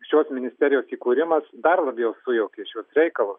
šios ministerijos įkūrimas dar labiau sujaukė šiuos reikalus